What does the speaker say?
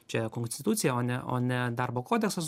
čia kongstitucija o ne o ne darbo kodeksas